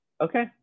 Okay